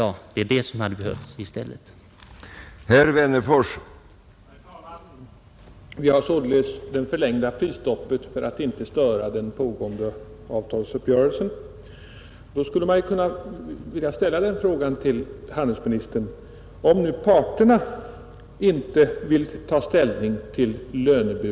Men den frågan skall vi inte diskutera i dag.